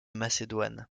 macédoine